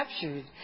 captured